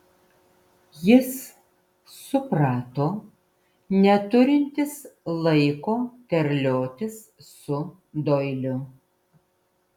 jis suprato neturintis laiko terliotis su doiliu